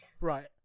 Right